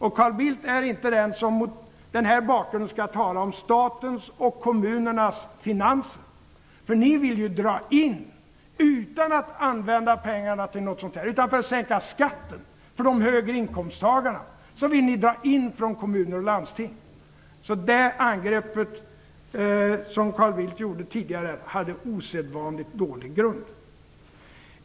Carl Bildt är inte den som mot denna bakgrund skall tala om statens och kommunernas finanser. Ni vill ju dra in utan att använda pengarna till något sådant här. För att sänka skatten för höginkomsttagarna vill ni dra in från kommuner och landsting, så det angrepp som Carl Bildt gjorde tidigare hade osedvanligt dålig grund.